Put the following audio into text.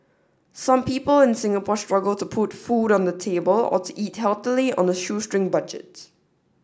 some people in Singapore struggle to put food on the table or to eat healthily on a shoestring budget